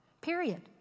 period